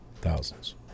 thousands